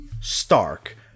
Stark